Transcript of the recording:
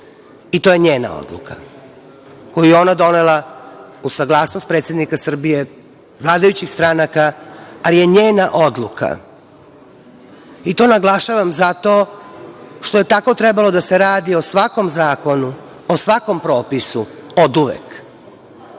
i to je njena odluka koju je ona donela, uz saglasnost predsednika Srbija, vladajućih stranaka, ali je njena odluka. To naglašavam zato što je tako trebalo da se radi o svakom zakonu, o svakom propisu, oduvek.